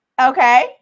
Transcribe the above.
Okay